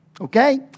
Okay